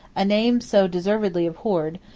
a name so deservedly abhorred,